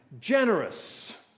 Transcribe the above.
generous